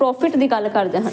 profit ਦੀ ਗੱਲ ਕਰਦੇ ਹਾਂ